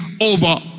over